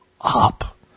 up